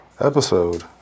episode